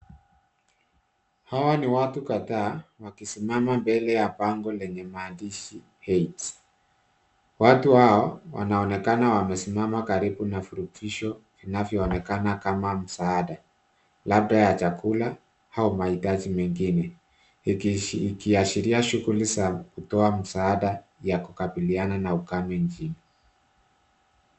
Hawa ni watu kadhaa wakisimama mbele ya bango lenye maandishi aids . Watu hao wanaonekana wamesimama karibu na vuruvisho inavyoonekana kama musaada labda ya chakula au mahitaji mengine. Ikiashiria shughuli za kutoa msaada ya kukabiliana na ukame nchini.